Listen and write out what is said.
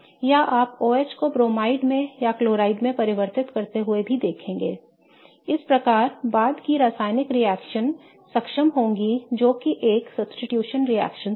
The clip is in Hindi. या आप OH को ब्रोमाइड में या क्लोराइड में परिवर्तित करते हुए भी देखेंगे I इस प्रकार बाद की रासायनिक रिएक्शन सक्षम होगी जो कि एक प्रतिस्थापन रिएक्शन है